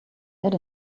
add